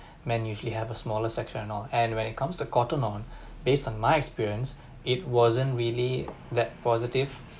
men usually have a smaller section and all and when it comes to Cotton On based on my experience it wasn't really that positive